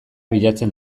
bilatzen